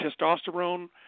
testosterone